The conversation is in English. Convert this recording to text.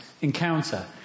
encounter